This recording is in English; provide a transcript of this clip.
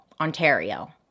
Ontario